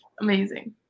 amazing